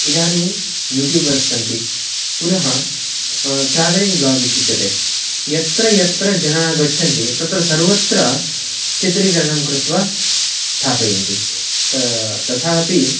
इदानीं यूट्यूबर्स् सन्ति पुनः ट्रेवेलिङ् ब्लाग् इत्युच्यते यत्र यत्र जनाः गच्छन्ति तत्र सर्वत्र चित्रीकरणं कृत्वा स्थापयन्ति तथापि